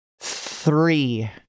Three